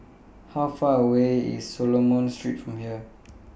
How Far away IS Solomon Street from here